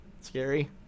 scary